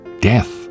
Death